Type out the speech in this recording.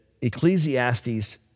Ecclesiastes